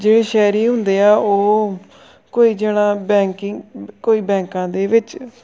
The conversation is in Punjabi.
ਜਿਹੜੇ ਸ਼ਹਿਰੀ ਹੁੰਦੇ ਆ ਉਹ ਕੋਈ ਜਣਾ ਬੈਂਕਿੰਗ ਕੋਈ ਬੈਂਕਾਂ ਦੇ ਵਿੱਚ